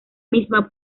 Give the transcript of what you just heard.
misma